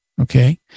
Okay